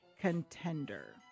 contender